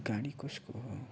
गाडी कसको हो